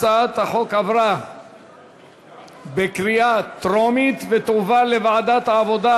הצעת החוק עברה בקריאה טרומית ותועבר לוועדת העבודה,